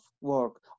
work